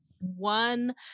one